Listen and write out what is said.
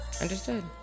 Understood